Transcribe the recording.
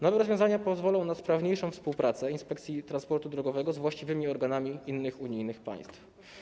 Nowe rozwiązania pozwolą na sprawniejszą współpracę inspekcji transportu drogowego z właściwymi organami innych unijnych państw.